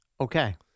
Okay